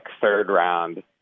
third-round